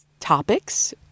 topics